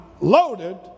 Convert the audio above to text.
loaded